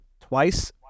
twice